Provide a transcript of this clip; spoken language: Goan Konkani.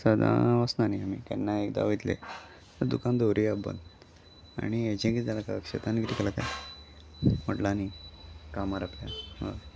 सदां वचना न्ही आमी केन्ना एकदां वयतले दुकान दवरुया बंद आनी हेजें कितें जालां काय अक्षतान कितें केला ते म्हटलां न्ही कामार आपल्या हय